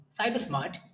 Cybersmart